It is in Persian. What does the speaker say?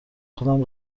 خودم